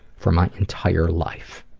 for my entire life.